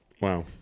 Wow